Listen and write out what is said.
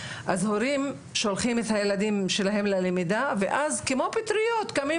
אז הורים שולחים את הילדים שלהם ללמידה ואז כמו פטריות קמים